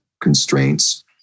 constraints